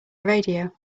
radio